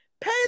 Pay